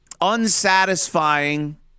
unsatisfying